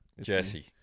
Jesse